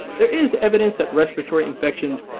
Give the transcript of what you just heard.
there is evidence that respiratory infections,